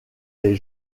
les